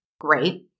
great